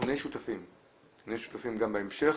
אנחנו נהיה שותפים גם בהמשך,